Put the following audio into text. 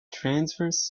transverse